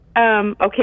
okay